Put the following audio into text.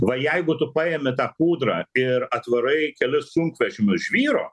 va jeigu tu paimi tą kūdrą ir atvarai kelis sunkvežimius žvyro